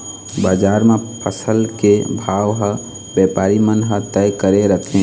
बजार म फसल के भाव ह बेपारी मन ह तय करे रथें